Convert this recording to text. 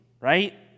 right